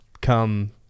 come